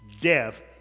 Death